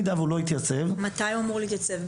מתי הוא אמור להתייצב?